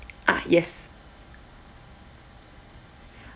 ah yes